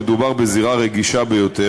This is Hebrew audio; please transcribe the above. מדובר בזירה רגישה ביותר,